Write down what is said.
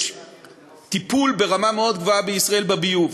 יש טיפול ברמה גבוהה מאוד בישראל בביוב,